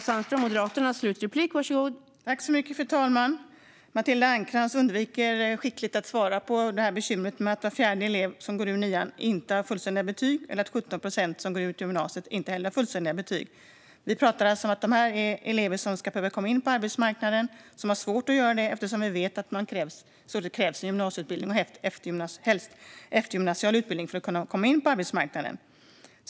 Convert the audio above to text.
Fru talman! Matilda Ernkrans undviker skickligt att svara när det gäller bekymret att var fjärde elev som går ut nian inte har fullständiga betyg och att 17 procent av dem som går ut gymnasiet inte heller har det. Vi pratar här om elever som behöver komma in på arbetsmarknaden men som har svårt att göra det eftersom det krävs gymnasieutbildning och helst eftergymnasial utbildning för att göra det.